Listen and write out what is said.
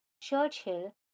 Churchill